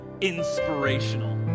inspirational